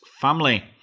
family